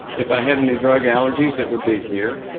if i had any drug allergies, it would be here.